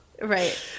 Right